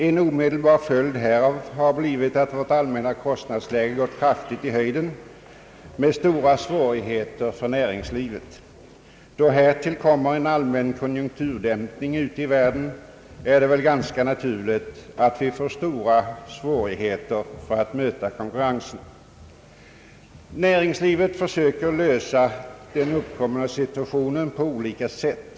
En omedelbar följd härav har blivit att vårt allmänna kostnadsläge har gått krafiigt i höjden med stora svårigheter för näringslivet. Då härtill kommer en allmän konjunkturdämpning ute i världen är det ganska naturligt att vi får stora svårigheter att möta konkurrensen. Näringslivet försöker lösa den uppkomna situationen på olika sätt.